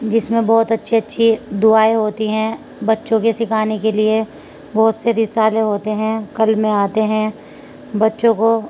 جس میں بہت اچھی اچھی دعائیں ہوتی ہیں بچوں کے سکھانے کے لیے بہت سے رسالے ہوتے ہیں کلمے آتے ہیں بچوں کو